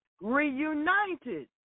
Reunited